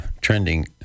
trending